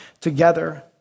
together